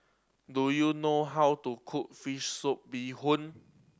do you know how to cook fish soup bee hoon